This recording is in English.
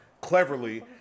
cleverly